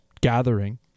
gathering